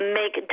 make